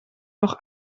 noch